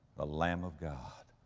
the lamb of god,